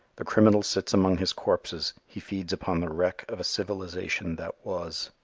the criminal sits among his corpses. he feeds upon the wreck of a civilization that was.